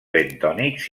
bentònics